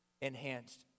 enhanced